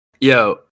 Yo